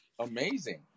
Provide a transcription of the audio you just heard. Amazing